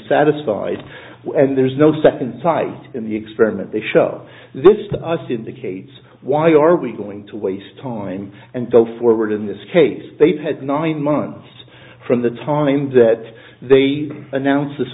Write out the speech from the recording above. satisfied and there is no second time in the experiment they show this to us indicates why are we going to waste time and go forward in this case they've had nine months from the time that they announced this